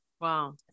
wow